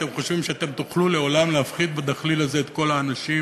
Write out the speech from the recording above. אתם חושבים שתוכלו לעולם להפחיד בדחליל הזה את כל האנשים